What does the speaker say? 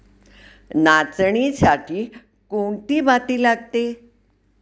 नाचणीसाठी कोणती माती लागते?